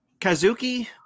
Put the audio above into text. Kazuki